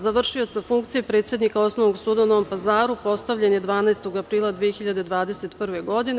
Za vršioca funkcije predsednika Osnovnog suda u Novom Pazaru postavljen je 12. aprila 2021. godine.